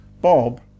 Bob